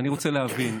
אני רוצה להבין,